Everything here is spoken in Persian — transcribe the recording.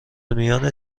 میان